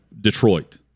Detroit